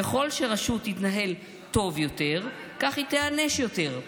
ככל שרשות תתנהל טוב יותר, כך היא תיענש יותר.